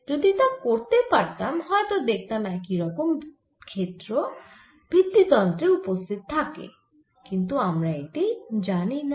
যদি তা করতে পারতাম হয়ত দেখতাম একই রকম ক্ষেত্র ভিত্তি তন্ত্রে উপস্থিত থাকে কিন্তু আমরা এটি জানিনা